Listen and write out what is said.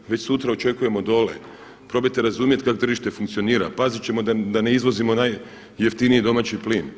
Već sutra očekujemo dole, probajte razumjet kak' tržište funkcionira, pazit ćemo da ne izvozimo najjeftiniji domaći plin.